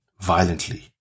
violently